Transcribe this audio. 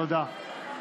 תודה.